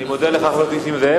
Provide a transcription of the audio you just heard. אני מודה לך, חבר הכנסת נסים זאב.